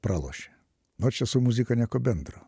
pralošė nu čia su muzika nieko bendro